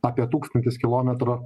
apie tūkstantis kilometrų